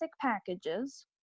packages